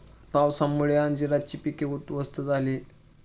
पावसामुळे अंजीराची पिके उध्वस्त झाली आहेत